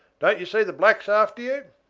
don't you see the blacks after you?